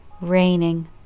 Raining